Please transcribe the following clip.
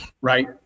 Right